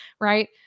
Right